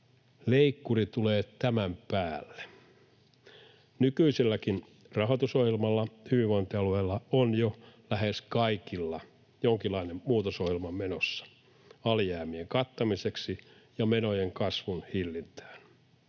leikkuri tulee tämän päälle. Nykyiselläkin rahoitusohjelmalla jo lähes kaikilla hyvinvointialueilla on jonkinlainen muutosohjelma menossa alijäämien kattamiseksi ja menojen kasvun hillintään.